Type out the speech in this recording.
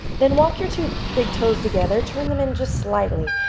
then walk your two big toes together. turn them in just slightly.